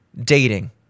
dating